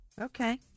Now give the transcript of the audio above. okay